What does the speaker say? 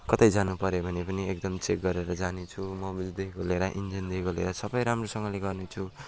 कतै जानु पऱ्यो भने पनि एकदम चेक गरेर जानेछु मोबिलदेखिको लिएर इन्जिनदेखिको लिएर सब राम्रोसँगले गर्नेछु